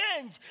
change